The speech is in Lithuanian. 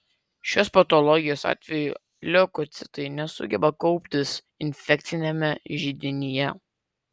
šios patologijos atveju leukocitai nesugeba kauptis infekciniame židinyje